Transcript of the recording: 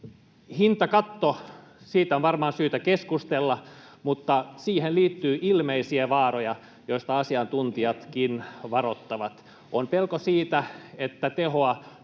Hintakatosta on varmaan syytä keskustella, mutta siihen liittyy ilmeisiä vaaroja, joista asiantuntijatkin varoittavat. On pelko siitä, että tehoa